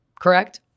correct